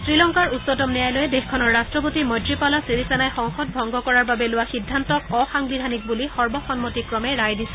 শ্ৰীলংকাৰ উচ্চতম ন্যায়ালয়ে দেশখনৰ ৰাট্টপতি মৈত্ৰীপালা ছিৰিছেনাই সংসদ ভংগ কৰাৰ বাবে লোৱা সিদ্ধান্তক অসাংবিধানিক বুলি সৰ্বসন্মতিক্ৰমে ৰায় দিছে